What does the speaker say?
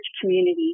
community